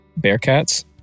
Bearcats